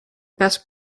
best